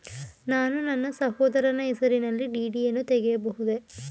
ನಾನು ನನ್ನ ಸಹೋದರನ ಹೆಸರಿನಲ್ಲಿ ಡಿ.ಡಿ ಯನ್ನು ತೆಗೆಯಬಹುದೇ?